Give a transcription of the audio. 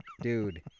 dude